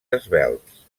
esvelts